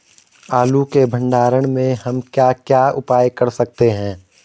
आलू के भंडारण में हम क्या क्या उपाय कर सकते हैं?